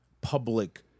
public